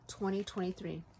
2023